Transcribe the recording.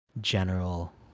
general